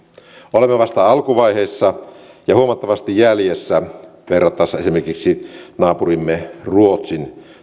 olemme vasta alkuvaiheessa ja huomattavasti jäljessä verrattaessa esimerkiksi naapurimme ruotsin